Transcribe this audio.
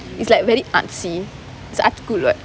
it's like very artsy it's a arts school [what]